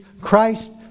Christ